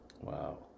Wow